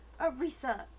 Arisa